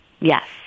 Yes